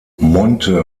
monte